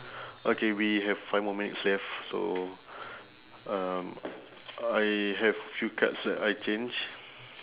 okay we have five more minutes left so um I have a few cards that I change